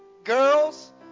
Girls